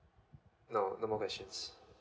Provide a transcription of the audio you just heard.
no no more questions